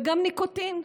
וגם ניקוטין.